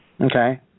Okay